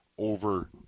Over